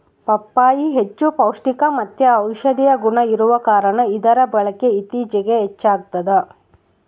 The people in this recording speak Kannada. ಪಪ್ಪಾಯಿ ಹೆಚ್ಚು ಪೌಷ್ಟಿಕಮತ್ತೆ ಔಷದಿಯ ಗುಣ ಇರುವ ಕಾರಣ ಇದರ ಬಳಕೆ ಇತ್ತೀಚಿಗೆ ಹೆಚ್ಚಾಗ್ತದ